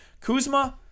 Kuzma